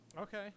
Okay